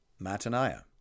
Mataniah